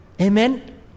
Amen